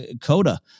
coda